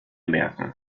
merken